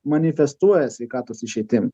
manifestuoja sveikatos išeitim